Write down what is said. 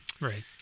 Right